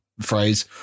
phrase